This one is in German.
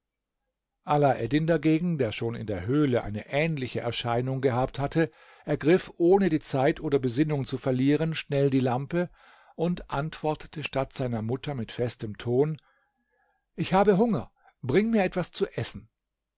alaeddin dagegen der schon in der höhle eine ähnliche erscheinung gehabt hatte ergriff ohne die zeit oder besinnung zu verlieren schnell die lampe und antwortete statt seiner mutter mit festem ton ich habe hunger bring mir etwas zu essen